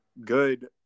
good